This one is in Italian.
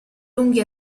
lunghi